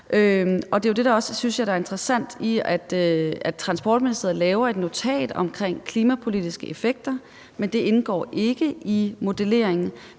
det, der også, synes jeg, er interessant ved, at Transportministeriet laver et notat omkring klimapolitiske effekter, men at det ikke indgår i modelleringen.